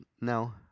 no